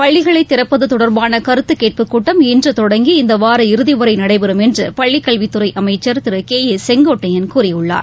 பள்ளிகளை திறப்பது தொடர்பான கருத்துக் கேட்புக் கூட்டம் இன்று தொடங்கி இந்த வார இறுதிவரை நடைபெறும் என்று பள்ளிக் கல்வித்துறை அமைச்சர் திரு கே ஏ செய்கோட்டையன் கூறியுள்ளார்